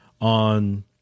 on